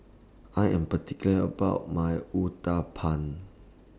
I Am particular about My Uthapam